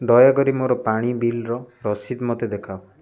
ଦୟାକରି ମୋର ପାଣି ବିଲର ରସିଦ ମୋତେ ଦେଖାଅ